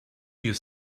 you